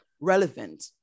relevant